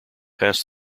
pass